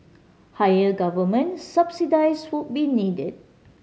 higher government subsidies would be needed